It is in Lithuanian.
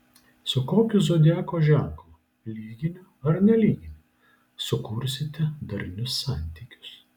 su kokiu zodiako ženklu lyginiu ar nelyginiu sukursite darnius santykius